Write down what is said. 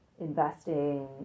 investing